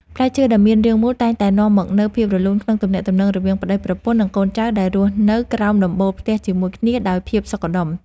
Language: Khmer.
ផ្លែឈើដែលមានរាងមូលតែងតែនាំមកនូវភាពរលូនក្នុងទំនាក់ទំនងរវាងប្ដីប្រពន្ធ និង កូនចៅដែលរស់នៅក្រោមដំបូលផ្ទះជាមួយគ្នាដោយភាពសុខដុម។